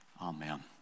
Amen